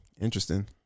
Interesting